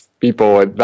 people